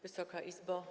Wysoka Izbo!